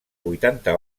vuitanta